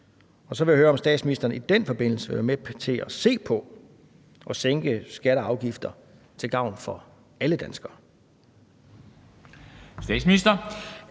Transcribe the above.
og så vil jeg høre, om statsministeren i den forbindelse vil være med til at se på at sænke skatter og afgifter til gavn for alle danskere.